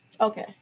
Okay